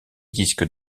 disques